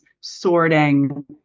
sorting